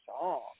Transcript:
song